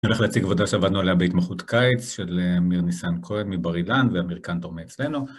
אני הולך להציג עבודה שעבדנו עליה בהתמחות קיץ של אמיר ניסן כהן מבר אילן ואמיר קנבר מאצלנו.